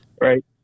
Right